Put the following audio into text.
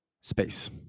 space